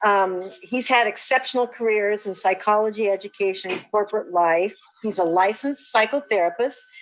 um he's had exceptional careers in psychology education corporate life. he's a licensed psychotherapist.